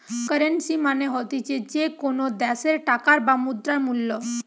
currency মানে হতিছে যে কোনো দ্যাশের টাকার বা মুদ্রার মূল্য